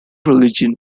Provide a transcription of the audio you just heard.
religion